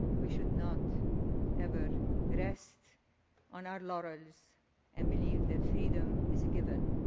we should not ever rest on our laurels and believe that freedom is a given.